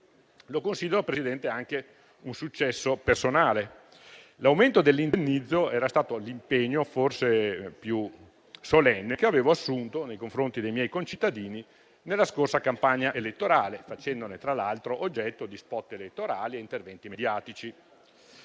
lo considero anche un successo personale, poiché l'aumento dell'indennizzo era stato l'impegno forse più solenne che avevo assunto nei confronti dei miei concittadini nella scorsa campagna elettorale, facendone tra l'altro oggetto di *spot* elettorali e interventi mediatici.